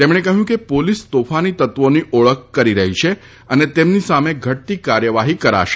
તેમણે કહ્યું કે પોલીસ તોફાની તત્વોની ઓળખ કરી રહી છે અને તેમની સામે ઘટતી કાર્યવાહી કરાશે